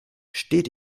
steht